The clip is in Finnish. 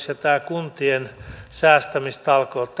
ja kuntien säästämistalkoiden